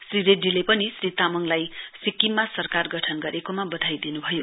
श्री रेड्डीले पनि श्री तामङलाई सिक्किममा सरकार गठन गरेकोमा बधाई दिनुभयो